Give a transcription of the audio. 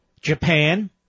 Japan